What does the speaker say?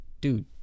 dude